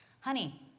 Honey